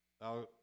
Now